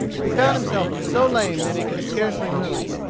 he found himself so lame that he could scarcely move.